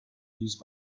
used